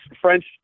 French